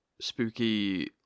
spooky